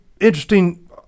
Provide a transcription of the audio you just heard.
interesting